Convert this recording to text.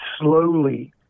slowly